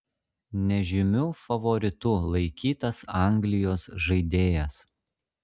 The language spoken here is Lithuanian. nežymiu favoritu laikytas anglijos žaidėjas